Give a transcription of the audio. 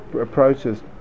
approaches